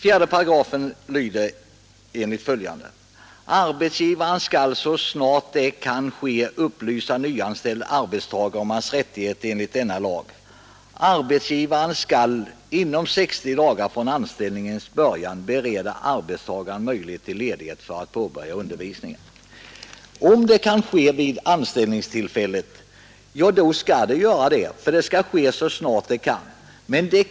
Herr talman! I 4 § sägs följande: ”Arbetsgivaren skall så snart det kan ske upplysa nyanställda arbetstagare om hans rättigheter enligt denna lag. Arbetsgivaren skall inom 60 dagar från anställningens början bereda arbetstagaren möjlighet till ledighet för att påbörja undervisningen.” Om det är möjligt skall upplysningen lämnas vid anställningstillfället, eftersom det skall göras ”så snart det kan ske”.